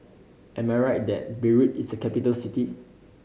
am I right that Beirut is a capital city